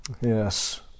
Yes